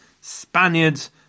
Spaniards